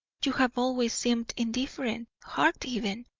you have always seemed indifferent, hard even,